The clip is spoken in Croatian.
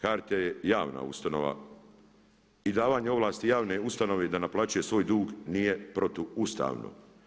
HRT je javna ustanova i davanje ovlasti javne ustanove da naplaćuje svoj dug nije protuustavno.